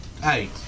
Hey